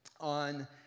on